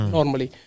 Normally